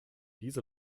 diese